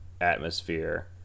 Atmosphere